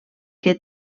que